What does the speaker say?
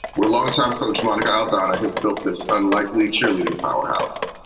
where longtime coach monica aldana has built this unlikely cheerleading powerhouse.